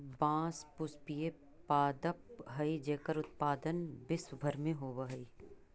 बाँस पुष्पीय पादप हइ जेकर उत्पादन विश्व भर में होवऽ हइ